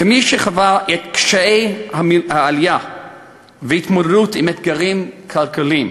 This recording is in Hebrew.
כמי שחווה את קשיי העלייה וההתמודדות עם אתגרים כלכליים,